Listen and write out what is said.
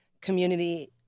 community